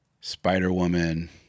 Spider-Woman